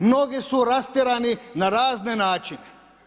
Mnogi su rastjerani na razne načine.